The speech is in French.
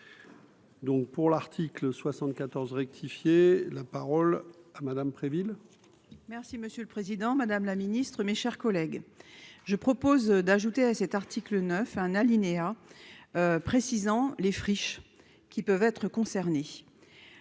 Donc pour l'article 74 rectifié la parole à Madame Préville. Merci monsieur le Président, Madame la Ministre, mes chers collègues, je propose d'ajouter à cet article 9 un alinéa précisant les friches qui peuvent être concernés,